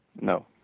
No